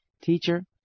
Teacher